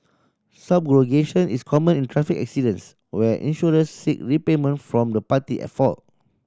subrogation is common in traffic accidents where insurers seek repayment from the party at fault